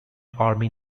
army